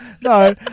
No